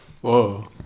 Whoa